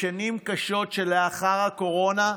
בשנים קשות שלאחר הקורונה,